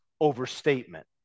overstatement